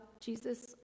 Jesus